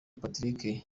patrick